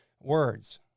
words